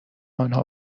آنها